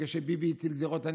וכשביבי הטיל גזרות,